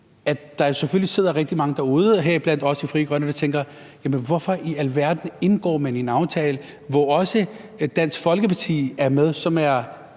rigtig mange derude, heriblandt os i Frie Grønne, og tænker: Hvorfor i alverden indgår man i en aftale, hvor også Dansk Folkeparti er med, som er